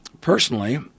personally